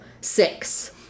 Six